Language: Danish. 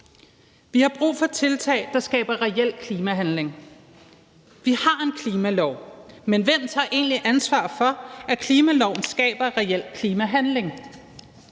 Vi har brug for tiltag, der skaber reel klimahandling. Vi har en klimalov, men hvem tager egentlig ansvar for, at klimaloven skaber reel klimahandling?